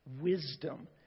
wisdom